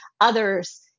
others